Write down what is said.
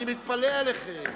אני מתפלא עליכם.